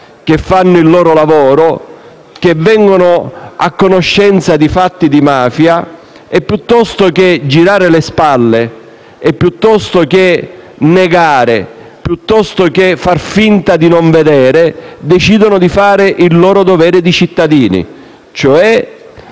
che fanno il loro lavoro, che vengono a conoscenza di fatti di mafia e che, piuttosto che girare le spalle, negare e far finta di non vedere, decidono di fare il loro dovere di cittadini, cioè